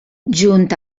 junt